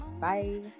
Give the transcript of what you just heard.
bye